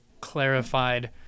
clarified